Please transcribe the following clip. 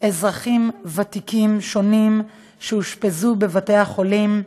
אזרחים ותיקים שונים שאושפזו בבתי חולים.